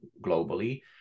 globally